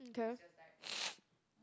okay